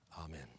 Amen